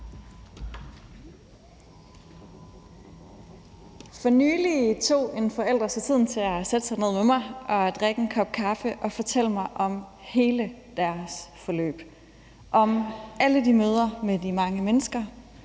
For nylig tog en forælder sig tiden til at sætte sig ned med mig og drikke en kop kaffe og fortælle mig om hele deres forløb: om alle de møder med de mange mennesker;